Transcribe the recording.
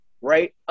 right